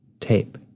tape